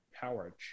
power